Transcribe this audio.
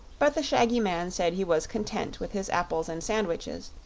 but the shaggy man said he was content with his apples and sandwiches,